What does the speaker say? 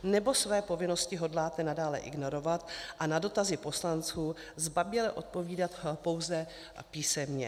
Nebo své povinnosti hodláte nadále ignorovat a na dotazy poslanců zbaběle odpovídat pouze písemně?